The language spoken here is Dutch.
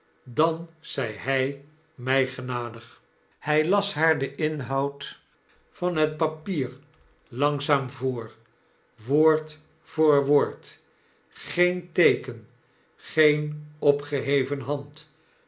dan zy hy mi genadig hij las haar den inhoud van het papier langzaani voor woord voor woord geen teeken geen opgeheven hand